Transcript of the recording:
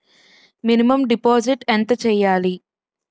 Minimum deposit ఎంత చెయ్యాలి?